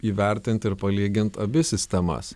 įvertint ir palygint abi sistemas